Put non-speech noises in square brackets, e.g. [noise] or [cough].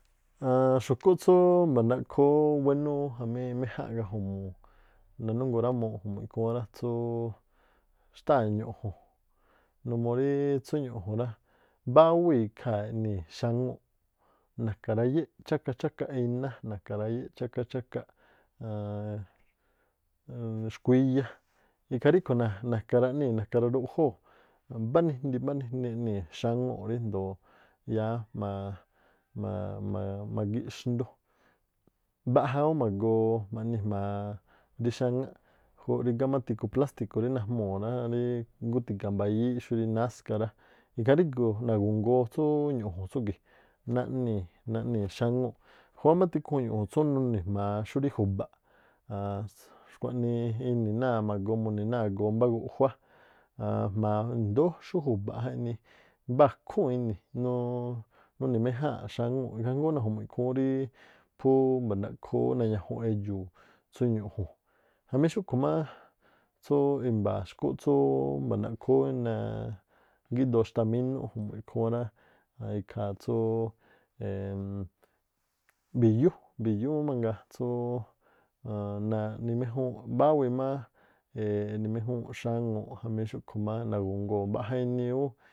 Aan xu̱kú tsúú ma̱ndaꞌkhoo ú wénú jamí méjánꞌ gaju̱mu̱u̱ nanúngo rámuuꞌ ju̱mu̱ꞌ ikhúún rá, xtáa̱ ñu̱ꞌju̱n numuu rí tsú ñu̱ꞌju̱n mbáwíi̱ ikhaa e̱ꞌnii̱ xáŋúu̱ꞌ na̱ka rayéꞌ cháka chakaꞌ iná na̱ka rayéꞌ cháka chakaꞌ [hesitation] xkuíyá ikhaa riꞌkhui̱ na̱ka̱ raꞌnii̱ na̱ka̱ raruꞌjóo̱ mbá nijndi mbá nijndi eꞌnii̱ xáŋúu̱ꞌ ríjndoo̱ yáá [hesitation] magíꞌ xndú, mbaꞌja ú ma̱goo maꞌni jma̱a rí xáŋúꞌ juuꞌ rígá má tikhuu plásti̱ku̱ rí najmuu̱ náá rí ngúti̱ga mbayííꞌ, xúrí náska rá, ikhaa rígu̱u̱ nagungoo tsú ñu̱ꞌju̱n tsúgi̱ꞌ naꞌni xáŋúu̱ꞌ. Júwá má tikhuun ñu̱ꞌju̱n tsú nuni̱ jma̱a xúrí ju̱ba̱ꞌ aan xkuaꞌnii ini̱ náa̱ magoo muni̱ náa̱ agoo mbá guꞌjuá aan jma̱a i̱ndóó xú jubaꞌ jaꞌnii, mba̱kúu̱n ini̱ nu- nuni̱- méjáa̱nꞌ xáŋúu̱ꞌ ikhaa jngóó naju̱mu̱ꞌ ikhúún rí phú mba̱ndaꞌkhoo ú nañajun edxu̱u̱ tsú ñu̱ꞌju̱n. Jamí xúꞌkhu̱ má tsúú i̱mba̱ xkúꞌ tsúú mba̱ndaꞌkhoo ú na- gíꞌdoo- xtamínúꞌ ju̱mu̱ꞌ ikhúún rá, ikhaa tsúú [hesitation] bi̱yú bi̱yú má mangaa tsúú aan naꞌni méjúúnꞌ mbáwii má. ee- eꞌni- méjúúnꞌ xáŋuuꞌ jamí xúꞌkhu̱ má nagu̱ngoo̱ mbaꞌja ini ú.